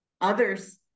others